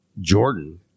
Jordan